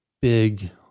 big